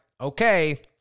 okay